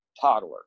toddler